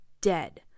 dead